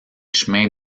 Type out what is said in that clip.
chemins